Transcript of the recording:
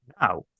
Now